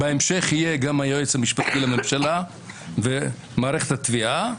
בהמשך יהיה גם היועץ המשפטי לממשלה ומערכת התביעה,